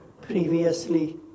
previously